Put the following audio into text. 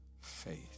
faith